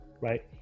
right